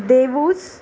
देवूस